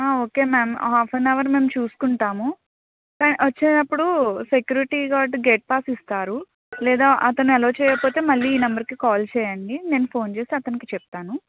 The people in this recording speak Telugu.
okay ma'am half an hour మేం చూసుకుంటాము వచ్చేటప్పుడు సెక్యూరిటీ గార్డ్ గేట్ పాస్ ఇస్తారు లేదా అతను అలో చెయ్యకపోతే మళ్ళీ ఈ నెంబర్కి కాల్ చెయ్యండి నేను ఫోన్ చేసి అతనికి చెప్తాను